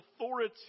authority